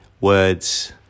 words